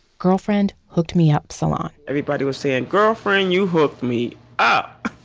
girlfriend hooked me up salon everybody was saying, girlfriend, you hooked me up,